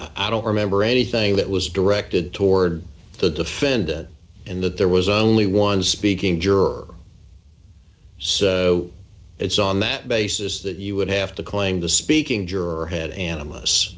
i don't remember anything that was directed toward the defendant in that there was only one speaking juror so it's on that basis that you would have to claim the speaking juror head an